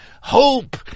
Hope